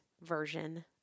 version